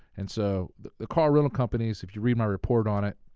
and so the the car-rental companies, if you read my report on it,